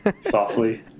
Softly